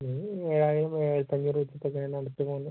ഒരു ഏഴായിരം ഏഴായിരത്തഞ്ഞൂറ് വെച്ചിട്ട് ഒക്കെ അടുത്ത് കാണും